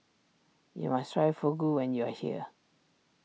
you must try Fugu when you are here